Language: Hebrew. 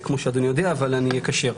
אבל אני אקשר.